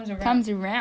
comes around